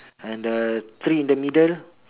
and the tree in the middle